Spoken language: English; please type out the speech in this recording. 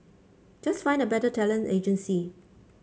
just find a better talent agency